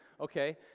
okay